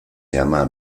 llama